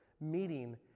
meeting